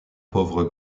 pauvre